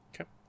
Okay